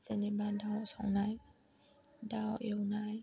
जेनेबा दाउ संनाय दाउ एवनाय